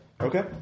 okay